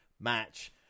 Match